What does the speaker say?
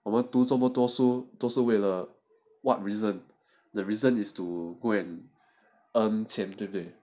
我们读这么多书都是为了 what reason the reason is to go and earn 钱对不对